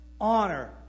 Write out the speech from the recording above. honor